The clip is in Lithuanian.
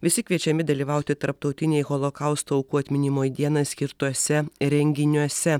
visi kviečiami dalyvauti tarptautinėj holokausto aukų atminimui dienai skirtuose renginiuose